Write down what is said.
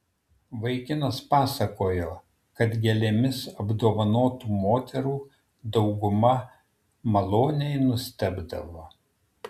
vaikinas pasakojo kad gėlėmis apdovanotų moterų dauguma maloniai nustebdavo